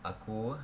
aku